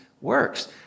works